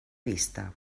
vista